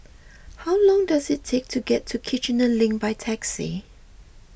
how long does it take to get to Kiichener Link by taxi